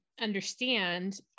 understand